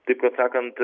taip kad sakant